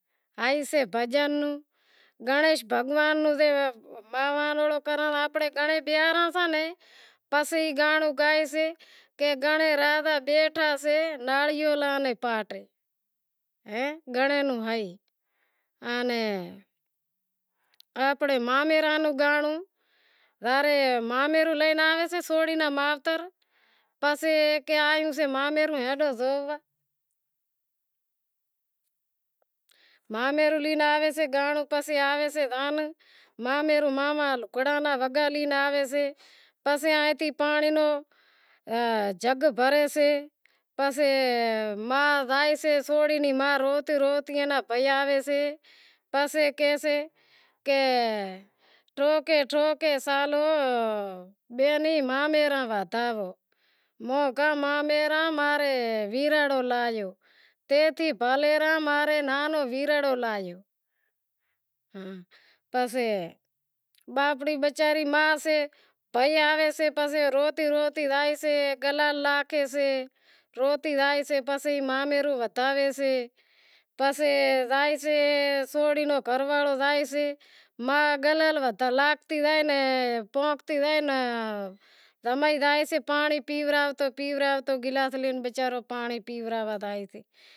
آئسے سے بھجن نو گنڑیس بھگواں رو کراں گھنڑے بیٹھا سے ناڑیا نو پاٹ آنپڑے مامیرو ناں گانڑو سوری ناں مائتر لے آویسوں پسے مامیروں پسے ماما لگڑا نی وگا لی آویسے پسے آئیں تھی پانڑی نو جگ بھری زائیسے پسے سوری نی ما روتی روتی پسے کیسے کہ ٹوکے ٹوکے سالو بیمہی مایرو ودھائو ہوں کہاں مامیراں ماں نیں ویرڑو لایو پسے بچاری ما سے روتی روتی زائیسے گلا ناکھیسے پسے زائیسے سوری رو گھر واڑو زائیسے جمائی زائسیے گلاس لے پانڑی پیوراتو